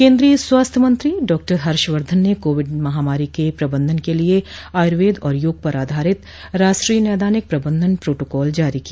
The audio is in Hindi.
केन्द्रीय स्वास्थ्य मंत्री डॉक्टर हर्षवर्धन ने कोविड महामारी के प्रबंधन के लिए आयुर्वेद और योग पर आधारित राष्ट्रीय नैदानिक प्रबंधन प्रोटोकॉल जारी किया